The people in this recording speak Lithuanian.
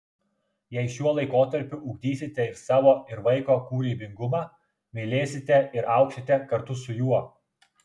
jei šiuo laikotarpiu ugdysite ir savo ir vaiko kūrybingumą mylėsite ir augsite kartu su juo